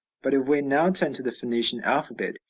but if we now turn to the phoenician alphabet,